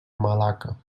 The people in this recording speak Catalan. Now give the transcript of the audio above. malacca